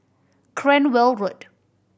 Cranwell Road